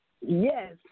Yes